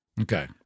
Okay